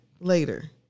later